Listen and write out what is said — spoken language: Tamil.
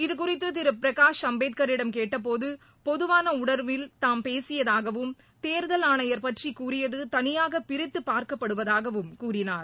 இது குறித்து திரு பிரகாஷ் அம்பேத்கரிடம் கேட்டபோது பொதுவான உணர்வில் தாம் பேசியதாகவும் தேர்தல் ஆணையர் பற்றி கூறியது தனியாக பிரித்துப் பார்க்கப்படுவதாகவும் கூறினார்